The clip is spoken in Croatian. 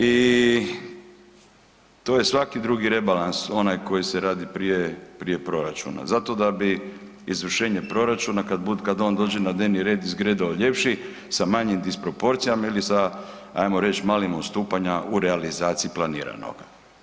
I to je svaki drugi rebalans, onaj koji se radi prije proračuna, zato da bi izvršenje proračuna, kad on dođe na dnevni red izgledao ljepši sa manjim disproporcijama ili sa ajmo reći malih odstupanja u realizaciji planiranog.